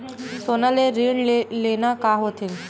सोना ले ऋण लेना का होथे?